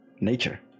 nature